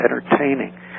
entertaining